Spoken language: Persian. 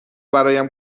برایم